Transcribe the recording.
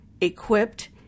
equipped